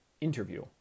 interview